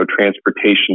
transportation